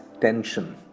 tension